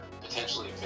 potentially